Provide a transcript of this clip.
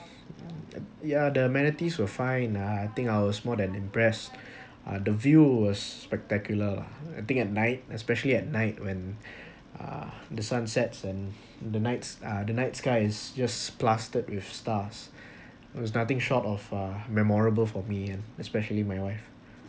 yeah the amenities were fine lah I think I was more than impressed uh the view was spectacular lah I think at night especially at night when uh the sunsets and the night's uh the night sky's just plastered with stars was nothing short of uh memorable for me and especially my wife